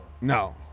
No